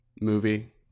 movie